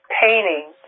painting